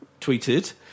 tweeted